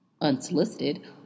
unsolicited